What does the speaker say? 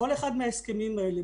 בכל אחד מההסכמים האלה,